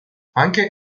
anche